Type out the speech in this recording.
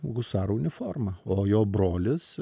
husaro uniformą o jo brolis